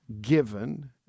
given